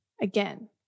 again